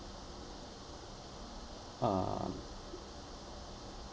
uh